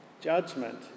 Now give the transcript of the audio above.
Judgment